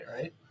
right